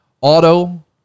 auto